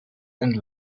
and